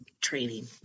training